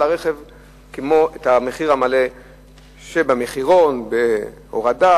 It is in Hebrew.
הרכב את המחיר המלא שבמחירון בהורדת